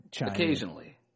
Occasionally